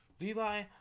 Levi